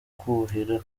kuhira